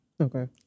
Okay